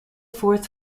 fourth